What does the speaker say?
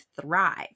thrive